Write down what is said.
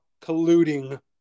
colluding